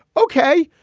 ok,